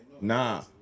Nah